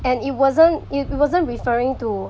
and it wasn't it wasn't referring to